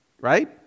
Right